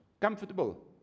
comfortable